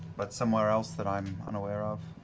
but somewhere else that i'm unaware of